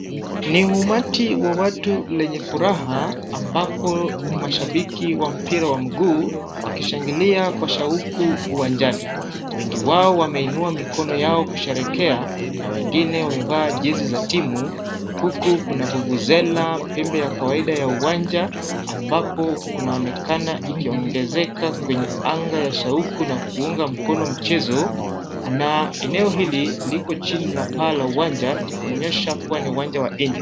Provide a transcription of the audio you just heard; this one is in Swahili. Ni umati wa watu lenye furaha ambapo ni mashabiki wa mpira wa mguu wakishangilia kwa shauku uwanjani. Wengi wao wameinua mikono yao kusherehekea na wengine wamevaa jezi za timu huku kuna vuvuzela pembe ya kawaida ya uwanja ambapo kunaonekana ikiongezeka kwenye anga ya shauku na kuunga mkono mchezo na eneo hili liko chini la paa la uwanja ikionesha kuwa ni uwanja wa nje.